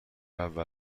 اول